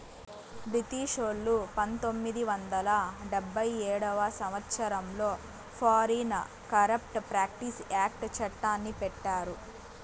బ్రిటిషోల్లు పంతొమ్మిది వందల డెబ్భై ఏడవ సంవచ్చరంలో ఫారిన్ కరేప్ట్ ప్రాక్టీస్ యాక్ట్ చట్టాన్ని పెట్టారు